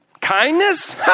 Kindness